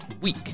week